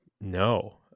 No